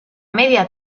media